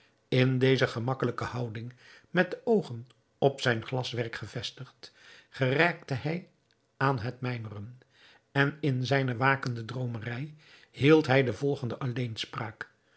in deze gemakkelijke houding met de oogen op zijn glaswerk gevestigd geraakte hij aan het mijmeren en in zijne wakende dromerij hield hij de volgende